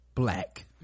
black